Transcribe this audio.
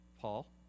Paul